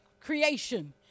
creation